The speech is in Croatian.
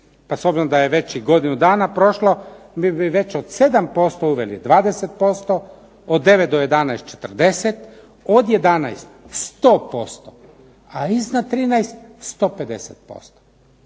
Pa s obzirom da je već i godinu dana prošlo mi bi već od 7% uveli 20%, od 9 do 11 četrdeset, od 11 sto posto, a iznad 13 sto